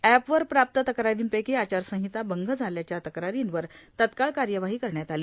एपवर प्राप्त तक्रारींपैकी आचारसंहिता भंग झाल्याच्या तक्रारींवर तत्काळ कार्यवाही करण्यात आली